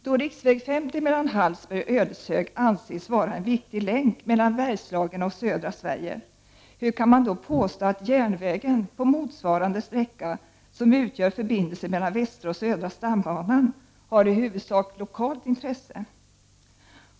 Då riksväg 50 mellan Hallsberg och Ödeshög anses vara en viktig länk mellan Bergslagen och södra Sverige, hur kan man då påstå att järnvägen på motsvarande sträcka, som utgör förbindelse mellan västra och södra stambanan, har i huvudsak lokalt intresse?